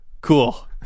cool